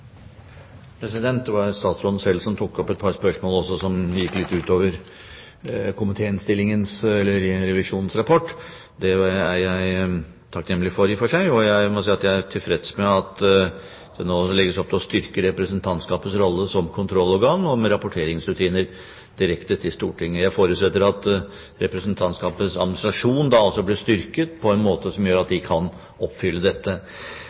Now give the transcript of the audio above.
Det var statsråden selv som tok opp et par spørsmål også, som gikk litt utover komitéinnstillingens behandling av revisjonsrapporten. Det er jeg takknemlig for i og for seg. Jeg må si jeg er tilfreds med at det nå legges opp til å styrke representantskapets rolle som kontrollorgan med rapporteringsrutiner direkte til Stortinget. Jeg forutsetter at representantskapets administrasjon da også blir styrket på en måte som gjør at de kan oppfylle dette.